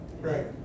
Right